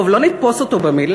טוב, לא נתפוס אותו במילה.